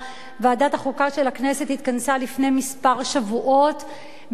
ועדת החוקה של הכנסת התכנסה לפני כמה שבועות במטרה